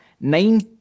nine